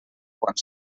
quan